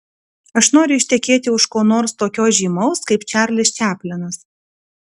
aš noriu ištekėti už ko nors tokio žymaus kaip čarlis čaplinas